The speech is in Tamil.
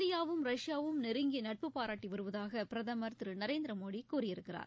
இந்தியாவும் ரஷ்யாவும் நெருங்கிய நட்பு பாராட்டி வருவதாக பிரதமர் திரு நரேந்திர மோடி கூறியிருக்கிறார்